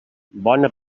bona